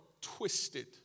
twisted